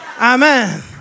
Amen